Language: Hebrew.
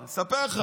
אני אספר לך.